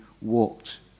walked